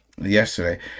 yesterday